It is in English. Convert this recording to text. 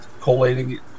collating